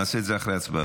נעשה את זה אחרי ההצבעה,